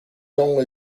only